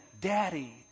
Daddy